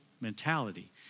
mentality